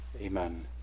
Amen